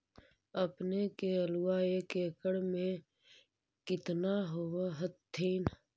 अपने के आलुआ एक एकड़ मे कितना होब होत्थिन?